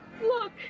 look